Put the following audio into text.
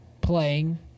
Playing